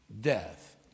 death